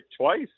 twice